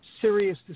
serious